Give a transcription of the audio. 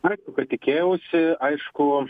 aišku kad tikėjausi aišku